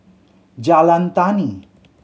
Jalan Tani